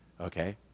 okay